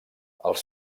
els